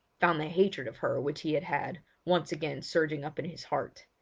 found the hatred of her which he had had, once again surging up in his heart.